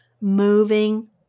moving